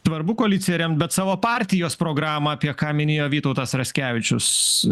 svarbu koaliciją remt bet savo partijos programą apie ką minėjo vytautas raskevičius